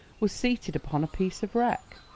was seated upon a piece of wreck.